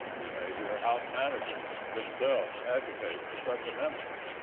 we may hear house managers themselves agitate for such amendments.